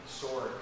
sword